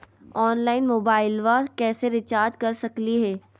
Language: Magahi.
ऑनलाइन मोबाइलबा कैसे रिचार्ज कर सकलिए है?